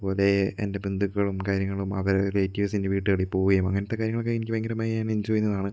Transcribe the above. അതുപോലെ എന്റെ ബന്ധുക്കളും കാര്യങ്ങളും അവരെ റിലേറ്റീവ്സിന്റെ വീടുകളിൽ പോവുകയും അങ്ങനത്തെ കാര്യങ്ങളൊക്കെ ഞാൻ ഭയങ്കരമായി എൻജോയ് ചെയ്യുന്നതാണ്